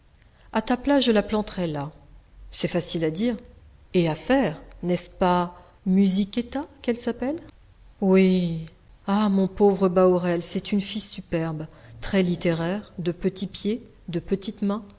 à ta place je la planterais là c'est facile à dire et à faire n'est-ce pas musichetta qu'elle s'appelle oui ah mon pauvre bahorel c'est une fille superbe très littéraire de petits pieds de petites mains